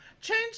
Change